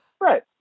Right